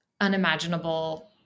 unimaginable